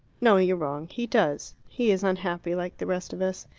no you're wrong. he does. he is unhappy, like the rest of us.